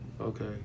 Okay